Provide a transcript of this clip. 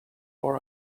for